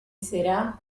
será